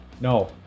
No